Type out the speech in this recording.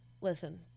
listen